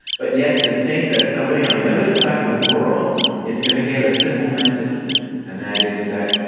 but yet to think that somebody on the other side of the world is going to get a simple message and that is that,